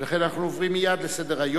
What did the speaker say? ולכן אנחנו עוברים מייד לסדר-היום,